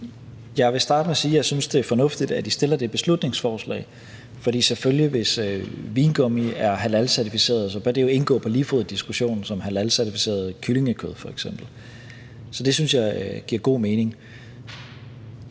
Jeg vil starte med at sige, at jeg synes, det er fornuftigt, at I fremsætter det beslutningsforslag, for hvis vingummi er halalcertificeret, bør det selvfølgelig indgå på lige fod i diskussionen med f.eks. halalcertificeret kyllingekød. Så det synes jeg giver god mening.